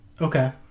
Okay